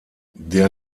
der